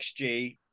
XG